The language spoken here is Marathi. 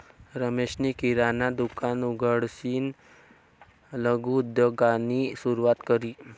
रमेशनी किराणा दुकान उघडीसन लघु उद्योगनी सुरुवात करी